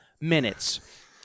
minutes